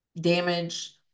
damage